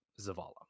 Zavala